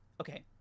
okay